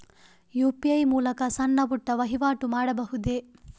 UPI ಮೂಲಕ ಸಣ್ಣ ಪುಟ್ಟ ವಹಿವಾಟು ಮಾಡಬಹುದೇ?